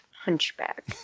hunchback